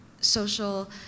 social